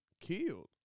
killed